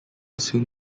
soon